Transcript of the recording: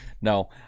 No